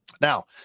now